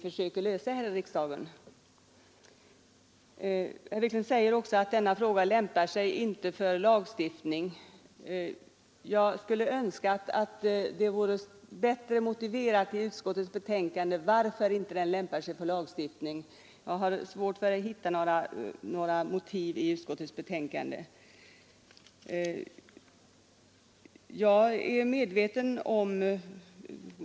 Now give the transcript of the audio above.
Herr Wiklund säger också att denna fråga inte lämpar sig för lagstiftning. Jag skulle önska att utskottet i sitt betänkande bättre hade motiverat detta. Jag har svårt att i betänkandet finna några sådana motiveringar.